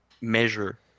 measure